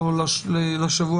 היא צריכה לחזור לוועדת השרים לחקיקה,